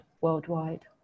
worldwide